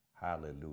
Hallelujah